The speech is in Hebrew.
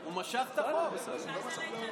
הוא משך את החוק.